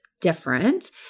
different